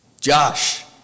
Josh